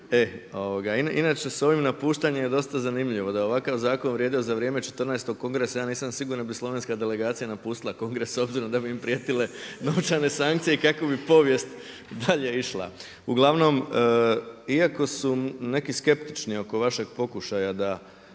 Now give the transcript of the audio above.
Inače sa ovim napuštanje je dosta zanimljivo, da je ovakav zakon vrijedio za vrijeme 14.-og kongresa ja nisam siguran da li bi slovenska delegacija napustila kongres s obzirom da bi im prijetile novčane sankcije i kakvo bi povijest dalje išla. Uglavnom iako su neki skeptični oko vašeg pokušaja da